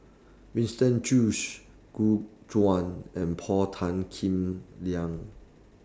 Winston Choos Gu Juan and Paul Tan Kim Liang